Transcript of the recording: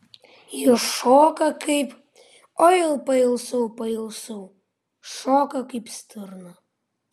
ji šoka kaip oi pailsau pailsau šoka kaip stirna